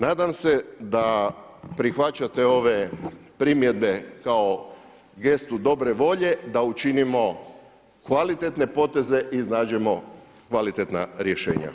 Nadam se da prihvaćate ove primjedbe kao gestu dobre volje da učinimo kvalitetne poteze i iznađemo kvalitetna rješenja.